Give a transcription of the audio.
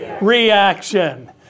reaction